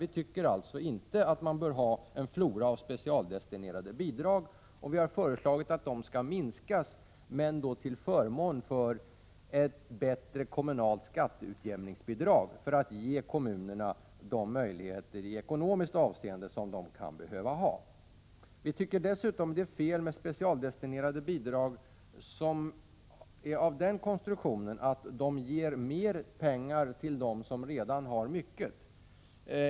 Vi tycker alltså inte att man bör ha en flora av specialdestinerade bidrag, och vi har föreslagit att de skall minskas till förmån för ett bättre kommunalt skatteutjämningsbidrag för att ge kommunerna de möjligheter i ekonomiskt avseende som de kan behöva ha. Vi tycker dessutom att det är fel med specialdestinerade bidrag som är av sådan konstruktion att de ger mer pengar till dem som redan har mycket.